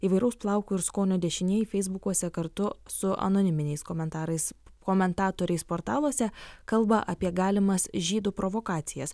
įvairaus plauko ir skonio dešinieji feisbukuose kartu su anoniminiais komentarais komentatoriais portaluose kalba apie galimas žydų provokacijas